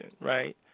right